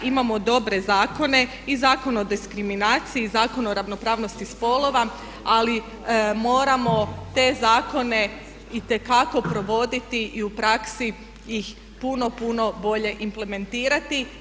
Imamo dobre zakone, i Zakon o diskriminaciji i Zakon o ravnopravnosti spolova, ali moramo te zakone itekako provoditi i u praksi ih puno, puno bolje implementirati.